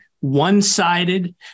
one-sided